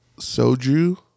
soju